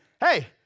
hey